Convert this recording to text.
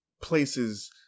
places